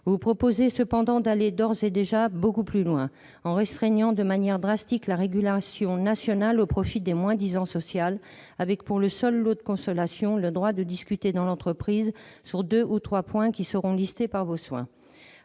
Vous proposez cependant d'aller d'ores et déjà beaucoup plus loin dans le sens d'une restriction drastique de la régulation nationale au profit du moins-disant social avec, pour seul lot de consolation, le droit de discuter dans l'entreprise sur deux ou trois points qui seront listés par vos soins.